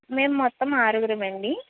మేము మొత్తం ఆరుగురుము అండి